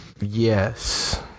yes